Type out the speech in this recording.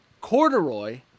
Corduroy